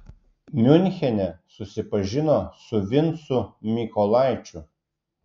miunchene susipažino su vincu mykolaičiu